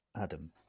Adam